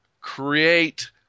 create